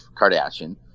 Kardashian